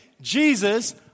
Jesus